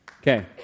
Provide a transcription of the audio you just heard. Okay